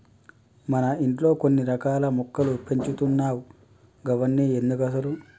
మన ఇంట్లో కొన్ని రకాల మొక్కలు పెంచుతున్నావ్ గవన్ని ఎందుకసలు